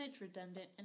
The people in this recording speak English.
redundant